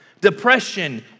depression